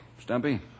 Stumpy